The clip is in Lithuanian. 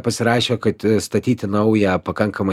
pasirašė kad statyti naują pakankamai